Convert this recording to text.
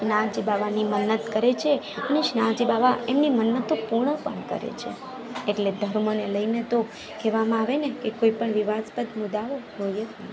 શ્રીનાથજી બાબાની મન્નત કરે છે અને શ્રીનાથજી બાબા એમની મન્નતો પૂર્ણ પણ કરે છે એટલે ધર્મને લઈને તો કહેવામાં આવેને કોઈપણ વિવાદસ્પદ મુદ્દાઓ હોઈ જ ન શકે